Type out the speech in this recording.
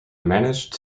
managed